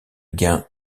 gain